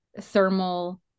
thermal